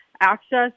access